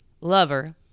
lover